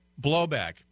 blowback